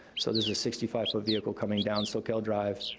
so this is a sixty five foot vehicle coming down soquel drive,